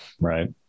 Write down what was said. Right